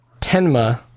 Tenma